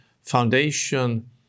foundation